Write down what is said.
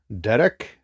Derek